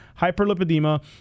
hyperlipidemia